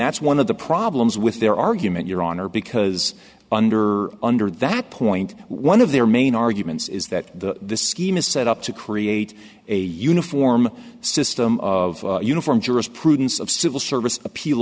that's one of the problems with their argument your honor because under under that point one of their main arguments is that the scheme is set up to create a uniform system of uniform jurisprudence of civil service appeal